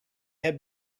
have